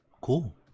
Cool